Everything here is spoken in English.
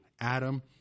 Adam